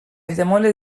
احتمال